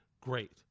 great